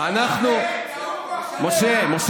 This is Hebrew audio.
חבר הכנסת משה ארבל,